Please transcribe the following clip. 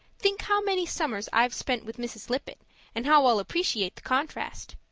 think how many summers i've spent with mrs. lippett and how i'll appreciate the contrast.